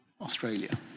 Australia